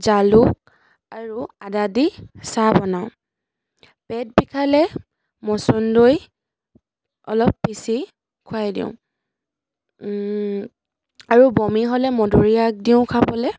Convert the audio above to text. জালুক আৰু আদা দি চাহ বনাও পেট বিষালে মচন্দৈ অলপ পিচি খোৱাই দিওঁ আৰু বমি হ'লে মধুৰি আগ দিওঁ খাবলৈ